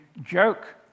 joke